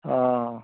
ହଁ